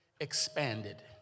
expanded